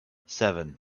seven